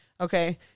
Okay